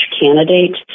candidate